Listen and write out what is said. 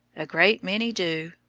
a great many do,